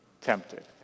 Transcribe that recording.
tempted